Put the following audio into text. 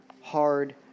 hard